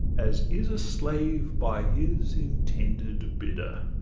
as is a slave by his intended bidder.